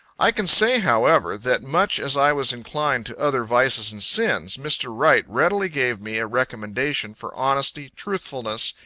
i can say, however, that, much as i was inclined to other vices and sins, mr. wright readily gave me a recommendation for honesty, truthfulness,